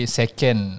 second